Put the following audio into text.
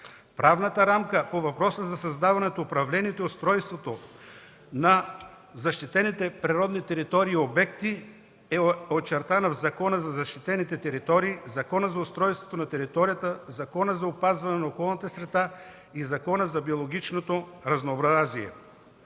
Правната рамка по въпроса за създаването, управлението и устройството на защитените природни територии и обекти е очертана в Закона за защитените територии, Закона за устройството на територията, Закона за опазване на околната среда и Закона за биологичното разнообразие.